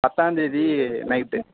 பத்தாம்தேதி night